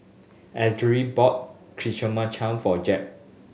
Ellery bought Chimichangas for Jep